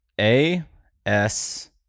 A-S-